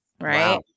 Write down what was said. right